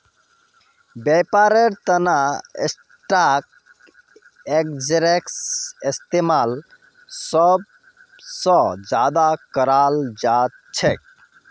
व्यापारेर तना स्टाक एक्स्चेंजेर इस्तेमाल सब स ज्यादा कराल जा छेक